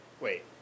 wait